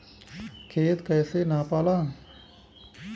खेत कैसे नपाला?